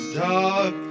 dark